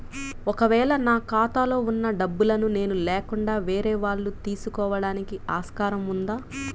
ఒక వేళ నా ఖాతాలో వున్న డబ్బులను నేను లేకుండా వేరే వాళ్ళు తీసుకోవడానికి ఆస్కారం ఉందా?